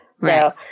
Right